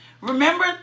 Remember